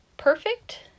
Perfect